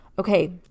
Okay